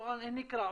אני אקרא,